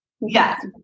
Yes